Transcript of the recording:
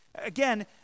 Again